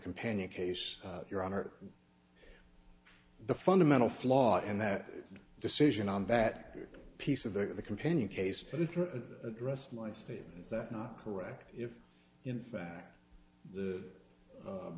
companion case your honor the fundamental flaw in that decision on that piece of the companion case put it to rest my statement is that not correct if in fact the